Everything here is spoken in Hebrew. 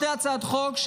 שתי הצעות חוק,